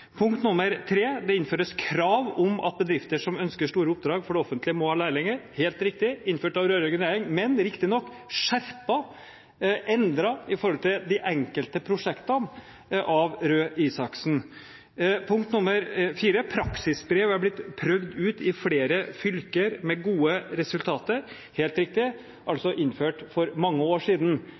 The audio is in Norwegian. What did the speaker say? Punkt nr. 3: Det innføres krav om at bedrifter som ønsker store oppdrag for det offentlige, må ha lærlinger. – Ja, helt riktig, innført av den rød-grønne regjeringen, men riktignok skjerpet, endret, i forhold til de enkelte prosjektene av Røe Isaksen. Punkt nr. 4: Praksisbrev har blitt prøvd ut i flere fylker med gode resultater. – Ja, helt riktig, altså innført for mange år siden.